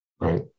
Right